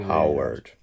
Howard